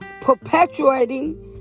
perpetuating